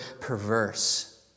perverse